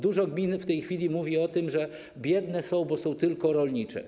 Dużo gmin w tej chwili mówi o tym, że są biedne, bo są tylko rolnicze.